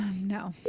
No